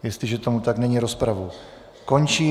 Jestliže tomu tak není, rozpravu končím.